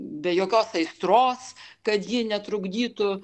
be jokios aistros kad ji netrukdytų